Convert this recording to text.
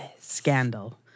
scandal